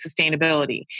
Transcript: sustainability